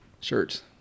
shirts